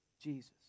Jesus